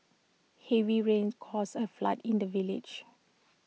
heavy rains caused A flood in the village